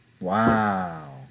Wow